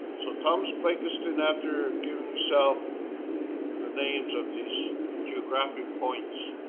so thomas blakiston, after giving himself the names of these geographic points,